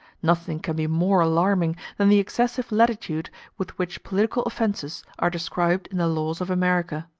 nothing can be more alarming than the excessive latitude with which political offences are described in the laws of america.